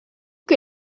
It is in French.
que